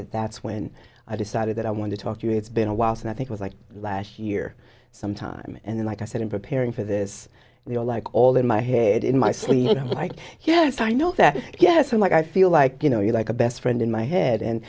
that that's when i decided that i want to talk to you it's been a while since i think was like last year sometime and like i said in preparing for this they were like all in my head in my sleep and i'm like yes i know that yes i'm like i feel like you know you're like a best friend in my head and